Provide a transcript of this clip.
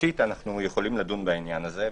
מהותית אנחנו יכולים לדון בעניין הזה,